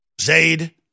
Zayd